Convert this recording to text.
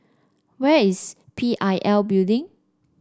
where is P I L Building